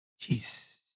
jeez